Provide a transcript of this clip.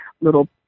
little